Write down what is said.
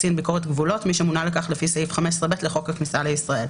"קצין ביקורת גבולות" מי שמונה לכך לפי סעיף 15(ב) לחוק הכניסה לישראל: